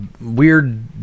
weird